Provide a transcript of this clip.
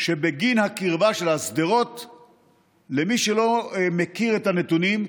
שבגין הקרבה שלה, למי שלא מכיר את הנתונים,